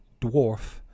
dwarf